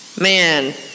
Man